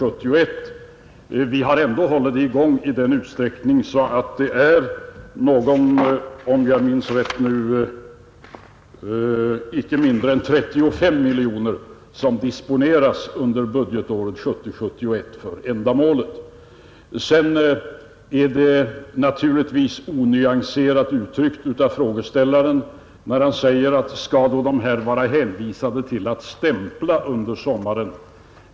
Vi har ändå hållit det i gång i sådan utsträckning att det är — om jag minns rätt — icke mindre än 35 miljoner som disponeras under budgetåret 1970/71 för ändamålet. Sedan är det naturligtvis onyanserat uttryckt av frågeställaren, när han säger: Skall då de här byggnadsarbetarna vara hänvisade till att stämpla under sommaren?